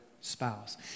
spouse